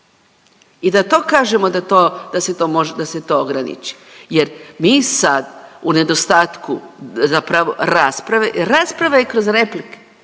I da to kažemo da se to ograniči. Jer mi sad u nedostatku zapravo rasprave, rasprava je i kroz replike.